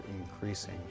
increasing